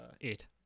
eight